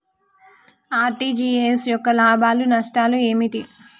RTGS యొక్క లాభాలు నష్టాలు ఏమిటి?